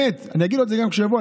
אני אגיד לו את זה גם כשהוא יבוא,